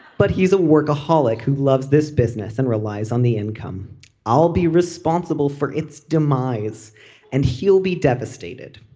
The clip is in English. but he is a workaholic who loves this business and relies on the income i'll be responsible for its demise and he'll be devastated.